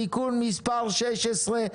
תיקון מספר 16,